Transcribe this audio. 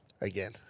again